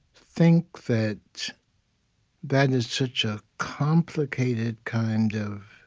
think that that is such a complicated kind of